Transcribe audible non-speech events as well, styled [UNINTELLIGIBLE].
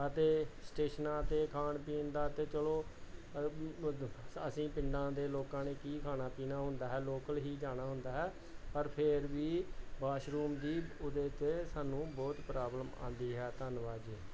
ਅਤੇ ਸਟੇਸ਼ਨਾਂ 'ਤੇ ਖਾਣ ਪੀਣ ਦਾ ਤਾਂ ਚਲੋ [UNINTELLIGIBLE] ਅਸੀਂ ਪਿੰਡਾਂ ਦੇ ਲੋਕਾਂ ਨੇ ਕੀ ਖਾਣਾ ਪੀਣਾ ਹੁੰਦਾ ਹੈ ਲੋਕਲ ਹੀ ਜਾਣਾ ਹੁੰਦਾ ਹੈ ਪਰ ਫਿਰ ਵੀ ਬਾਸ਼ਰੂਮ ਦੀ ਉਹਦੇ 'ਤੇ ਸਾਨੂੰ ਬਹੁਤ ਪ੍ਰਾਬਲਮ ਆਉਂਦੀ ਹੈ ਧੰਨਵਾਦ ਜੀ